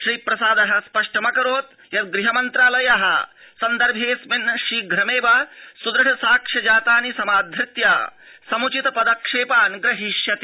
श्रीप्रसाद स्पष्टमकरोत् यद् गृह मन्त्रालय सन्दर्भेऽस्मिन् शीघ्रमेव सुदृढ साक्ष्य जातानि समाधत्य समुचित पदक्षेपान् ग्रहीष्यति